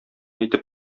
итеп